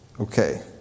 Okay